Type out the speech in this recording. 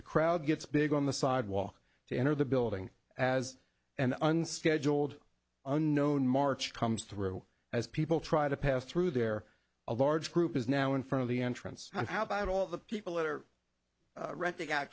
the crowd gets big on the sidewalk to enter the building as an unscheduled unknown march comes through as people try to pass through there a large group is now in front of the entrance and how about all the people that are rent